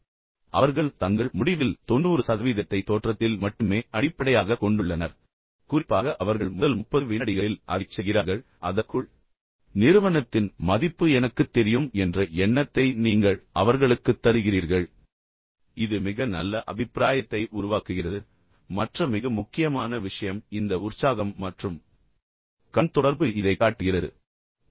பின்னர் அவர்கள் தங்கள் முடிவில் 90 சதவீதத்தை தோற்றத்தில் மட்டுமே அடிப்படையாகக் கொண்டுள்ளனர் குறிப்பாக அவர்கள் முதல் 30 விநாடிகளில் அதைச் செய்கிறார்கள் அந்த முதல் 30 விநாடிகளில் உங்கள் நிறுவனத்தின் மதிப்பு எனக்குத் தெரியும் என்ற எண்ணத்தை நீங்கள் அவர்களுக்குத் தருகிறீர்கள் நான் அதை மதிக்கிறேன் நான் ஆடை அணிவது போல் எனவே இது மிக நல்ல அபிப்பிராயத்தை உருவாக்குகிறது மற்ற மிக முக்கியமான விஷயம் இந்த உற்சாகம் மற்றும் கண் தொடர்பு இதை காட்டுகிறது